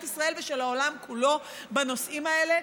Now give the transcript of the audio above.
ישראל ושל העולם כולו בנושאים האלה?